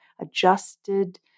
adjusted